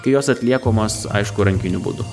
kai jos atliekamos aišku rankiniu būdu